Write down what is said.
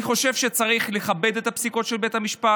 אני חושב שצריך לכבד את הפסיקות של בית המשפט,